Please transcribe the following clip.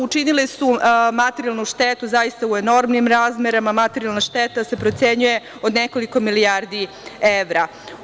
Učinile su materijalnu štetu u enormnim razmerama, materijalna šteta se procenjuje od nekoliko milijardi evra.